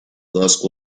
dusk